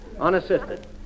unassisted